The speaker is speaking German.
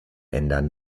ändern